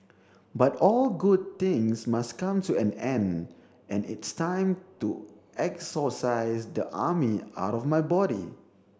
but all good things must come to an end and it's time to exorcise the army out of my body